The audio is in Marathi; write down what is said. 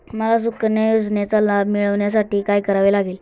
मला सुकन्या योजनेचा लाभ मिळवण्यासाठी काय करावे लागेल?